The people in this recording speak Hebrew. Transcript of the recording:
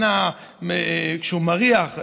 כשהוא מריח,